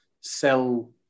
sell